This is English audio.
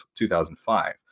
2005